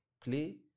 play